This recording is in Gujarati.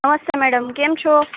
નમસ્કાર મેડમ કેમ છો